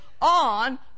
on